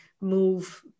move